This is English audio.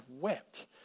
wept